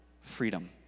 Freedom